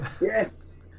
Yes